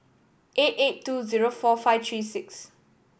eight eight two zero four five three six